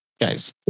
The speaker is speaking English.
guys